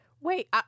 Wait